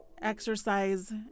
exercise